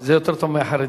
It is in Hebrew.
זה יותר טוב מהחרדים.